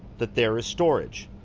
that there is storage.